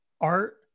art